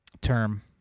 term